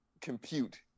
compute